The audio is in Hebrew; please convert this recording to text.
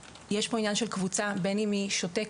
יש פה עניין של קבוצה בין אם היא שותקת,